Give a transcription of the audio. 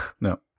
No